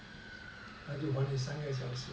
他就还你三个小时